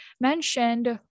mentioned